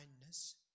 kindness